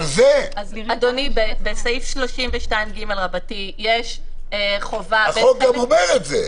אדוני בסעיף 32ג יש חובה --- החוק גם אומר את זה.